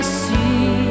see